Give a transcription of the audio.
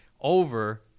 over